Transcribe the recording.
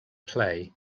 play